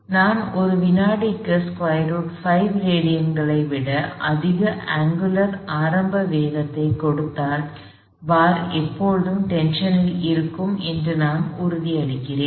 எனவே நான் ஒரு வினாடிக்கு √5 ரேடியன்களை விட அதிக அங்குலர் ஆரம்ப வேகத்தைக் கொடுத்தால் பார் எப்போதும் டென்ஷன் ல் இருக்கும் என்று நான் உறுதியளிக்கிறேன்